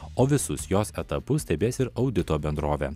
o visus jos etapus stebės ir audito bendrovė